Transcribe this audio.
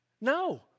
No